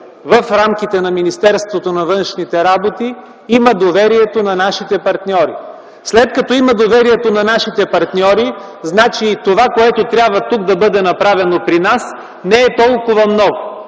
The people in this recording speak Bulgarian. в рамките на Министерството на вътрешните работи, има доверието на нашите партньори. След като има доверието на нашите партньори, значи и това, което тук, при нас, трябва да бъде направено, не е толкова много.